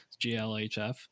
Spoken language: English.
GLHF